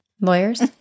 Lawyers